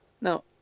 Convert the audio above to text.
Now